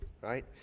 Right